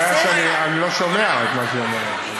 הבעיה שאני לא שומע את מה שהיא אומרת.